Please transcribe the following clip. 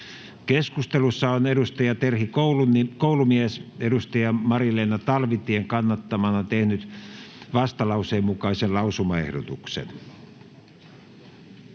Keskustelussa on Terhi Koulumies Mari-Leena Talvitien kannattamana tehnyt vastalauseen mukaisen lausumaehdotuksen.